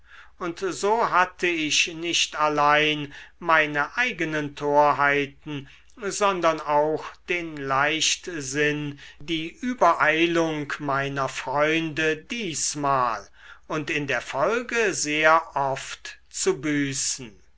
und so hatte ich nicht allein meine eigenen torheiten sondern auch den leichtsinn die übereilung meiner freunde diesmal und in der folge sehr oft zu büßen